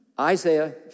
Isaiah